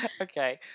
okay